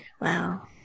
Wow